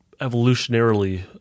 evolutionarily